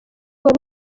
wari